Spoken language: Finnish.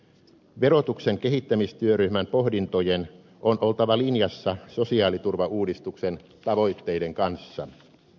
verotuksen kehittämistyöryhmän pohdintojen on oltava linjassa sosiaaliturvauudistuksen tavoitteiden kanssa